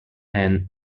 and